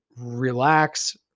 relax